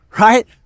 right